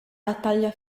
battaglia